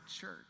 church